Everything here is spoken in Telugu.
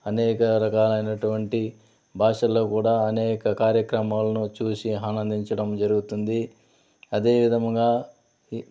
అనేక రకాలయినటువంటి భాషల్లో కూడా అనేక కార్యక్రమాలను చూసి ఆనందించడం జరుగుతుంది అదే విధముగా ఇ